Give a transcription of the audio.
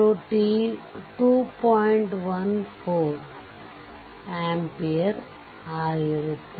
14 amper